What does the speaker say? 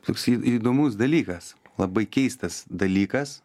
toks į įdomus dalykas labai keistas dalykas